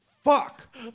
Fuck